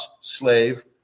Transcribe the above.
slave